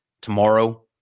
tomorrow